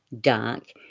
dark